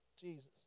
Jesus